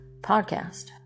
podcast